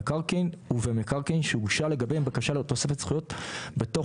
שהראשונה שבהן היא בקרקע; זוהי הטבה מטורפת,